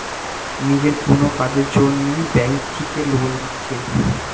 নিজের কুনো কাজের জন্যে ব্যাংক থিকে লোন লিচ্ছে